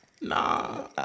Nah